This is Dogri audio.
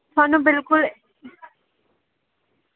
थुआनूं बिलकुल